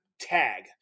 tag